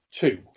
two